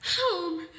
Home